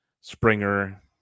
Springer